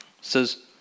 says